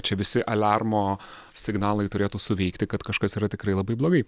čia visi aliarmo signalai turėtų suveikti kad kažkas yra tikrai labai blogai